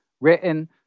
written